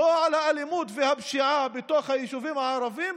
לא על האלימות והפשיעה בתוך היישובים הערביים,